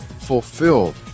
fulfilled